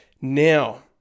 Now